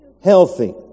Healthy